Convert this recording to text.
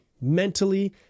mentally